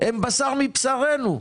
הם בשר מבשרינו.